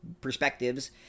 perspectives